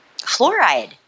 fluoride